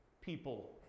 people